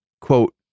quote